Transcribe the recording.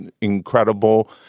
incredible